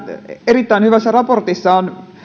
erittäin hyvässä raportissa on